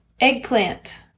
eggplant